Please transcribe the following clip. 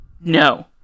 No